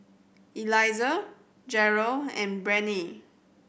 Eliezer Jerel and Breanne